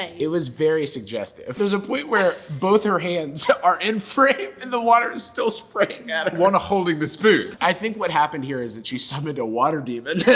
it was very suggestive. if there's a point where both her hands are in frame, and the water is still spraying at her. one holding the spoon i think what happened here is that she summoned a water demon.